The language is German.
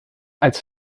als